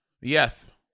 Yes